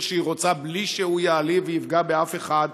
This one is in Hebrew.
שהיא רוצה בלי שהוא יעליב ויפגע באף אחד,